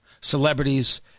Celebrities